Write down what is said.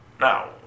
now